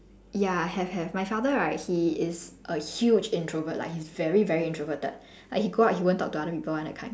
ya have have my father right he is a huge introvert like he's very very introverted like he go out he won't talk to other people [one] that kind